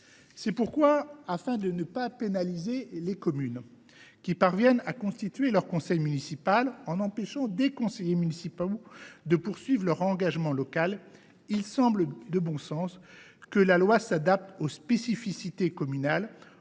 C’est pourquoi, afin de ne pas pénaliser les communes qui parviennent à constituer leur conseil municipal et de ne pas empêcher des conseillers municipaux de poursuivre leur engagement local, il semble de bon sens que la loi s’adapte aux spécificités communales